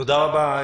תודה רבה,